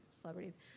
celebrities